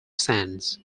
sands